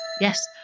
Yes